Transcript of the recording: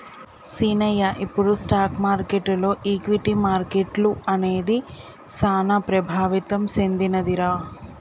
సీనయ్య ఇప్పుడు స్టాక్ మార్కెటులో ఈక్విటీ మార్కెట్లు అనేది సాన ప్రభావితం సెందినదిరా